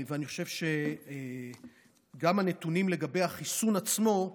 אני חושב שגם הנתונים לגבי החיסון עצמו,